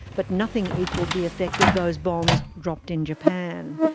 but nothing equalled the effect of those bombs dropped in japan.